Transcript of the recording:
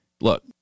Look